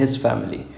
okay